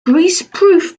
greaseproof